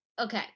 Okay